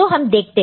तो हम देखते हैं